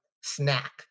snack